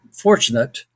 fortunate